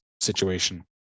situation